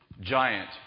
giant